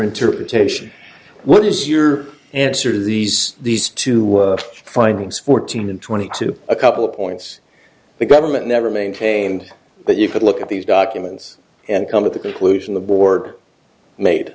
interpretation what is your answer to these these two findings fourteen and twenty two a couple of points the government never maintained but you could look at these documents and come at the conclusion the board made